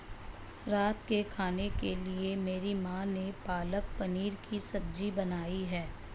रात के खाने के लिए मेरी मां ने पालक पनीर की सब्जी बनाई है